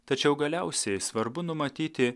tačiau galiausiai svarbu numatyti